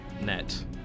net